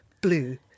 blue